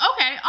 okay